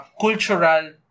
cultural